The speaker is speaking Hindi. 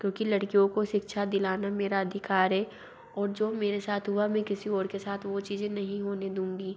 क्योंकि लड़कियों को शिक्षा दिलाना मेरा अधिकार है ओर जो मेरे साथ हुआ में किसी और के साथ वो चीज़ें नहीं होने दूँगी